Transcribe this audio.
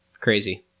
Crazy